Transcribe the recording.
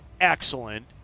excellent